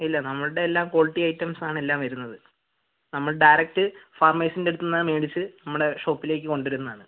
ഇല്ല നമ്മളൾടെ എല്ലാം ക്വാളിറ്റി ഐറ്റംസാണ് എല്ലാം വരുന്നത് നമ്മൾ ഡയറക്റ്റ് ഫാർമേഴ്സിൻ്റെ അടുത്തിന്ന് മേടിച്ച് നമ്മുടെ ഷോപ്പിലേക്ക് കൊണ്ടരുന്നതാണ്